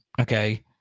okay